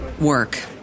work